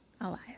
Alive